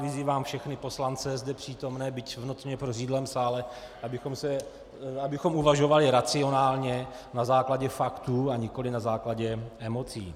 Vyzývám všechny poslance zde přítomné, byť v notně prořídlém sále, abychom uvažovali racionálně, na základě faktů, a nikoli na základě emocí.